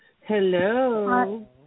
Hello